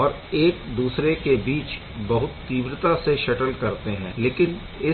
और एक दूसरे के बीच बहुत तीव्रता से शटल करते है